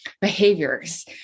behaviors